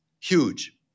huge